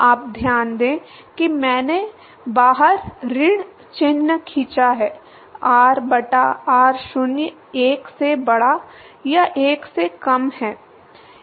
आप ध्यान दें कि मैंने बाहर ऋण चिह्न खींचा है r बटा r0 1 से बड़ा या 1 से कम है